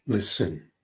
Listen